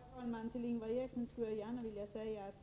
Herr talman! Till Ingvar Eriksson skulle jag vilja säga att